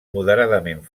moderadament